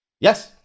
Yes